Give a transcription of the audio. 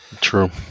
true